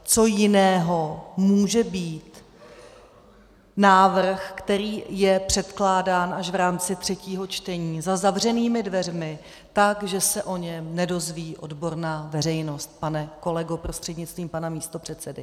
Co jiného může být návrh, který je předkládán až v rámci třetího čtení za zavřenými dveřmi tak, že se o něm nedozví odborná veřejnost, pane kolego prostřednictvím pana místopředsedy?